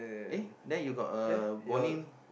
eh then you got a bowling